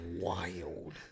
wild